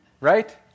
right